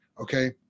Okay